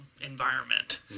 environment